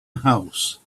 house